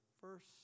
first